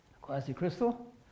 quasi-crystal